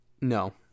No